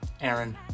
Aaron